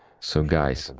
so, guys,